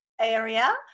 area